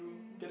mm